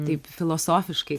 taip filosofiškai